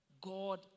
God